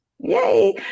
Yay